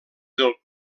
del